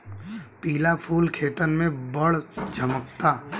पिला फूल खेतन में बड़ झम्कता